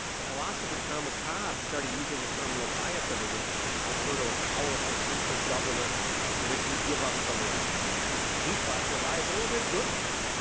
the philosopher thomas hobbes started using the term leviathan to refer to a powerful central government to which we give up some rights. and he thought leviathan was a good thing.